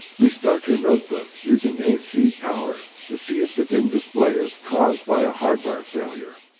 restart your notebook using ac power to see if the dim display is caused by a hardware failure.